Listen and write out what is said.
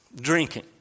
drinking